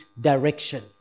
direction